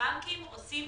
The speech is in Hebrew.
הבנקים עושים